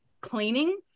cleaning